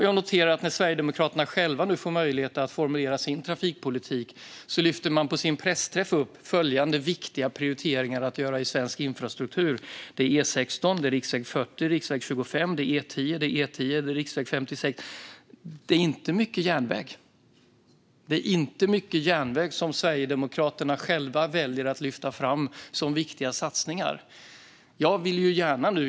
Jag noterar att när Sverigedemokraterna nu själva får möjlighet att formulera sin trafikpolitik lyfter de på sin pressträff fram följande viktiga prioriteringar att göra i svensk infrastruktur: E16, riksväg 40, riksväg 25, E10 och riksväg 56. Men det är inte mycket järnväg som Sverigedemokraterna själva väljer att lyfta fram som viktiga satsningar.